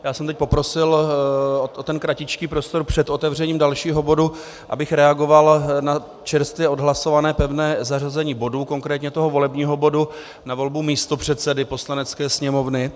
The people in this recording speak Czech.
Já jsem teď poprosil o ten kratičký prostor před otevřením dalšího bodu, abych reagoval na čerstvě odhlasované pevné zařazení bodu, konkrétně toho volebního bodu na volbu místopředsedy Poslanecké sněmovny.